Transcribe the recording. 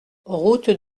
route